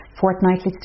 fortnightly